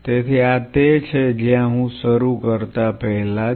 તેથી આ તે છે જ્યાં હું શરૂ કરતા પહેલા હતો